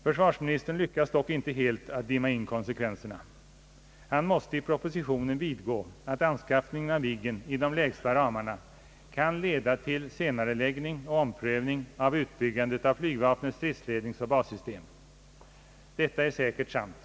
Försvarsministern lyckas dock inte helt dimma in konsekvenserna. Han måste i propositionen vidgå att anskaffningen av Viggen i de lägsta ramarna kan leda till en senareläggning och om prövning av utbyggandet av flygvapnets stridsledningsoch bassystem. Detta är säkert sant.